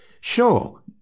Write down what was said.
Sure